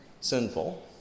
sinful